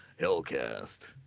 Hellcast